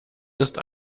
ist